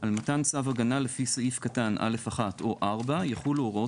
על מתן צו הגנה לפי סעיף קטן (א)(1) או (4) יחולו הוראות